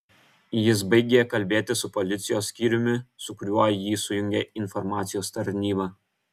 jis baigė kalbėti su policijos skyriumi su kuriuo jį sujungė informacijos tarnyba